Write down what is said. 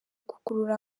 gukurura